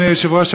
אדוני היושב-ראש,